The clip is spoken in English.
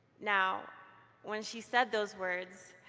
now when she said those words,